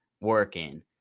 working